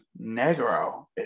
negro